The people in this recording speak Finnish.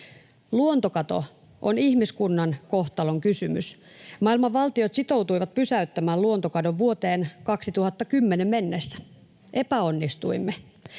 Luontokato on ihmiskunnan kohtalonkysymys. Maailman valtiot sitoutuivat pysäyttämään luontokadon vuoteen 2010 mennessä — epäonnistuimme.